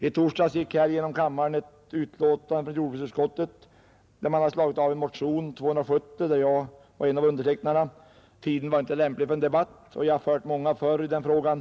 I torsdags behandlade kammaren jordbruksutskottets betänkande nr 26 och den avstyrkta motionen nr 270, där jag stod som en av undertecknarna, Tiden var då inte lämplig för debatt, och vi har också haft många debatter förr i den frågan.